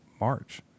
March